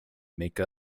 make